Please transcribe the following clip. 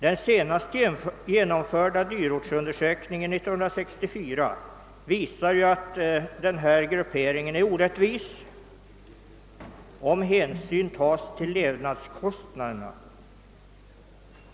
Den senast genomförda dyrortsundersökningen 1964 visar ju att denna gruppering är orättvis, om hänsyn tas till levnadskostnaderna.